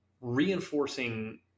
reinforcing